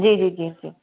जी जी जी जी